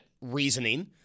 reasoning